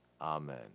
Amen